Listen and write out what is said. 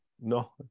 No